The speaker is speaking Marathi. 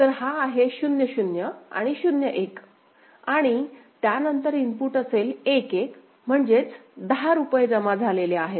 तर हा आहे 0 0 आणि 0 1 आणि त्यानंतर इनपुट असेल 1 1 म्हणजेच दहा रुपये जमा झालेले आहेत